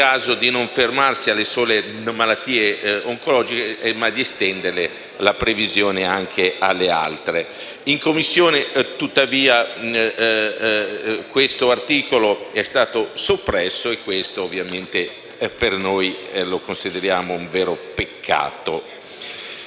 il caso di non fermarsi alle sole malattie oncologiche e di estendere la previsione anche alle altre. In Commissione tuttavia questo articolo è stato soppresso e questo per noi è un vero peccato.